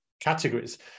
categories